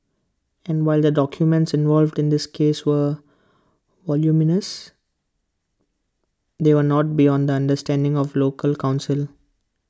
and while the documents involved in this case were voluminous they were not beyond the understanding of local counsel